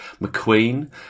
McQueen